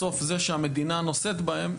בסוף זה שהמדינה נושאת בהם,